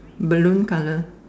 balloon colour